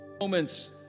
moments